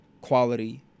quality